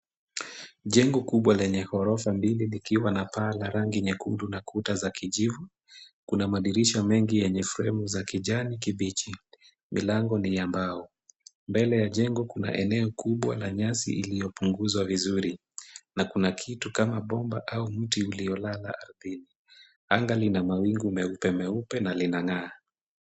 Jengo kubwa lenye ghorofa mbili liko na paa la rangi nyekundu na kuta za kijivu. Kuna madirisha mengi yenye fremu za kijani kibichi. Milango ni ya mbao. Mbele ya jengo kuna eneo kubwa la nyasi iliyopunguzwa vizuri na kuna kitu kama bomba au mti uliolala ardhini. Anga lina mawingu meupe meupe na linang'aa.